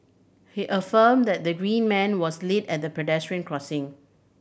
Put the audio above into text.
he affirmed that the green man was lit at the pedestrian crossing